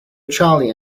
charley